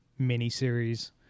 miniseries